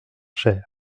cher